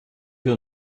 hier